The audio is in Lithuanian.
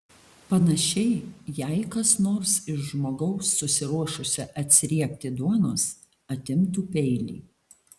panašiai jei kas nors iš žmogaus susiruošusio atsiriekti duonos atimtų peilį